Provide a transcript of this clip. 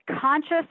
conscious